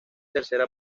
tercera